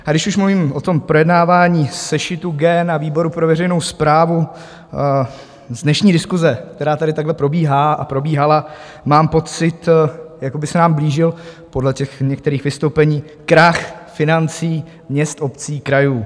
A když už mluvím o tom projednávání sešitu G na výboru pro veřejnou správu z dnešní diskuse, která tady takhle probíhá a probíhala, mám pocit, jako by se nám blížil podle některých vystoupení krach financí měst, obcí a krajů.